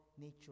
nature